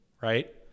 right